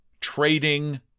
trading